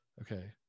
okay